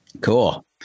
Cool